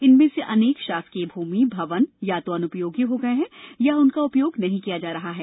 इनमें से अनेक शासकीय भूमि एवं भवन या तो अनुपयोगी हो गए हैं या उनका उपयोग नहीं किया जा रहा है